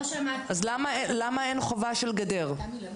למה אין חובה שתהיה גדר?